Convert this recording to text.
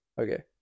Okay